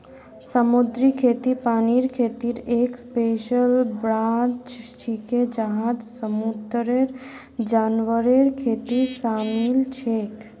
समुद्री खेती पानीर खेतीर एक स्पेशल ब्रांच छिके जहात समुंदरेर जानवरेर खेती शामिल छेक